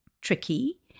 tricky